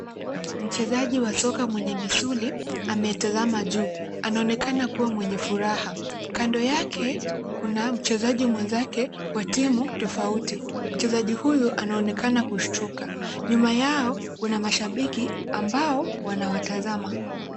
Mchezaji wa soka mwenye misuli ametazama juu. Anaonekana kuwa mwenye furaha. Kando yake kuna mchezaji mwenzake wa timu tofauti. Mchezaji huyu anaonekana kushtuka. Nyuma yao kuna mashabiki ambao wanawatazama.